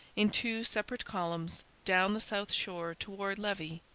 in two separate columns, down the south shore towards levis.